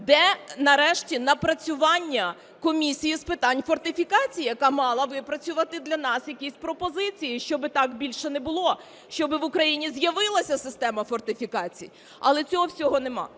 Де, нарешті, напрацювання комісії з питань фортифікацій, яка мала випрацювати для нас якісь пропозиції, щоб так більше не було, щоб в Україні з'явилася система фортифікацій? Але цього всього немає.